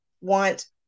want